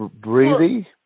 breathy